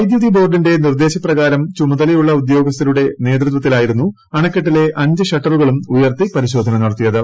വൈദ്യുതി ബോർഡിന്റെ നിർദേശപ്രകാരം ചുമതലയുള്ള ഉദ്യോഗസ്ഥരുടെ നേതൃത്വത്തിലായിരുന്നു അണക്കെട്ടിലെ അഞ്ച് ഷട്ടറുകളും ഉയർത്തി പരിശോധന നടത്തിയത്